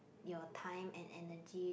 your time and energy